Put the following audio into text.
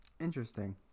Interesting